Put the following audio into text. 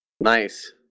Nice